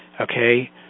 okay